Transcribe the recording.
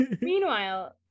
Meanwhile